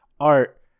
art